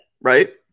Right